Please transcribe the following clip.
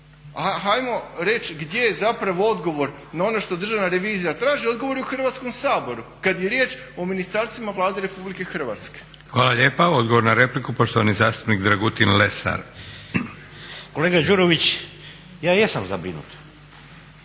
ajmo reći gdje je zapravo odgovor na ono što Državna revizija traži, odgovor je u Hrvatskom saboru kad je riječ o ministarstvima Vlade Republike Hrvatske. **Leko, Josip (SDP)** Hvala lijepa. Odgovor na repliku, poštovani zastupnik Dragutin Lesar. **Lesar, Dragutin